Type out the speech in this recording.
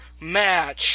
match